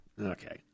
Okay